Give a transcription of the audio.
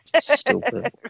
Stupid